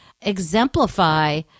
exemplify